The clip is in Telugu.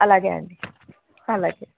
అలాగే అండి అలాగే